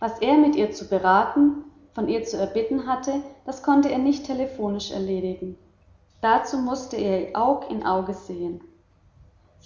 was er mit ihr zu beraten von ihr zu erbitten hatte das konnte er nicht telephonisch erledigen dazu mußte er ihr aug in auge sehen